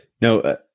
No